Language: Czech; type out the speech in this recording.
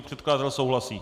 Předkladatel souhlasí?